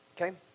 Okay